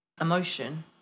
emotion